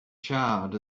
charred